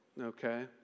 okay